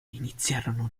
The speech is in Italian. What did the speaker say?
iniziarono